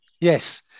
yes